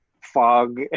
fog